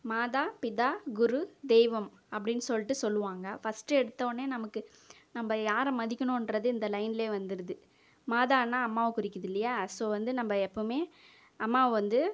மாதா பிதா குரு தெய்வம் அப்டின்னு சொல்லிட்டு சொல்வாங்க பஸ்ட்டு எடுத்தோடனே நமக்கு நம்ம யாரை மதிக்கணும்ன்றது இந்த லைன்லேயே வந்துடுது மாதான்னா அம்மாவை குறிக்குது இல்லையா ஸோ வந்து நம்ம எப்போமே அம்மாவை வந்து